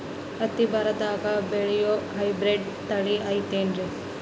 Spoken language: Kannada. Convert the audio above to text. ಹತ್ತಿ ಬರದಾಗ ಬೆಳೆಯೋ ಹೈಬ್ರಿಡ್ ತಳಿ ಐತಿ ಏನ್ರಿ?